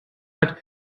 hat